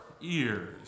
ears